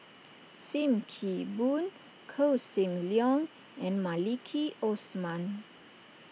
Sim Kee Boon Koh Seng Leong and Maliki Osman